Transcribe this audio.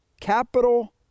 capital